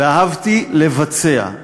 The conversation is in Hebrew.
ואהבתי לבצע,